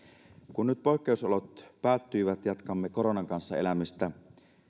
kun nyt poikkeusolot päättyivät jatkamme koronan kanssa elämistä